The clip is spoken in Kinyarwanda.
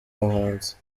bahanzi